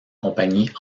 compagnie